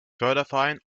förderverein